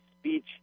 speech